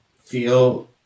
feel